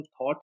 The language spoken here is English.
thought